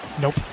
Nope